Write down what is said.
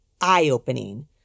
eye-opening